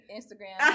Instagram